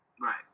Right